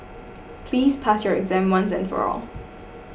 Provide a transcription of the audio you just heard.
please pass your exam once and for all